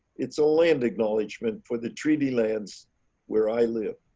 it's a land acknowledgement for the treaty lands where i live.